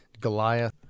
Goliath